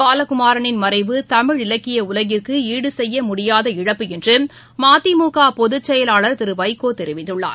பாலகுமாரனின் மறைவு தமிழ் இலக்கிய உலகிற்கு ஈடுசெய்ய முடியாத இழப்பு என்று மதிமுக பொதுக் செயலாளர் திரு வைகோ தெரிவித்துள்ளார்